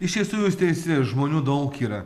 iš tiesų jūs teisi žmonių daug yra